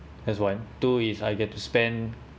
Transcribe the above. that‘s one two is I get to spend